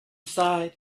side